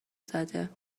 زده